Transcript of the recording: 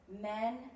men